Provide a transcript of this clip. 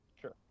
Sure